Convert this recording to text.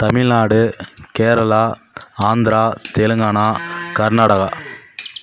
Tamil Nadu Kerala Andhra Telangana Karnataka